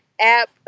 App